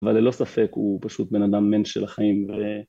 אבל ללא ספק הוא פשוט בן אדם מענטש של החיים.